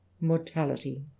mortality